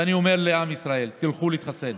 ואני אומר לעם ישראל: תלכו להתחסן.